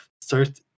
start